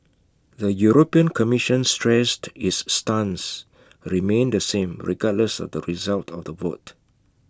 the european commission stressed its stance remained the same regardless of the result of the vote